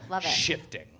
shifting